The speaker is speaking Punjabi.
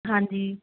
ਹਾਂਜੀ